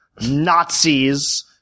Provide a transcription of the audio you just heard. Nazis